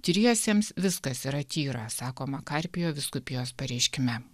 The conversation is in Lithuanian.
tyriesiems viskas yra tyra sakoma karpio vyskupijos pareiškime